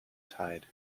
tide